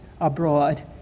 abroad